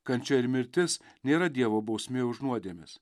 kančia ir mirtis nėra dievo bausmė už nuodėmes